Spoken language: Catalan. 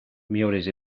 millores